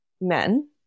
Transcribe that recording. men